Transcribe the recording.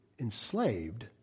enslaved